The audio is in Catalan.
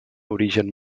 origen